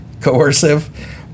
coercive